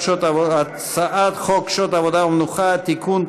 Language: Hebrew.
הצעת חוק שעות עבודה ומנוחה (תיקון,